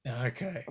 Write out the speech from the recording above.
Okay